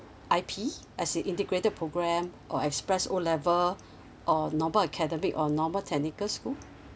I_P as in integrated program or express O level or normal academic or normal technical school